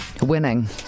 Winning